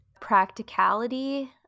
practicality